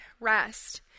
rest